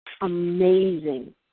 amazing